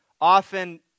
often